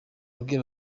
abwira